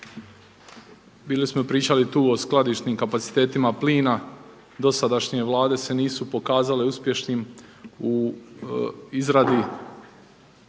bili smo pričali tu o skladišnim kapacitetima plina. Dosadašnje Vlade se nisu pokazale uspješnim u izradi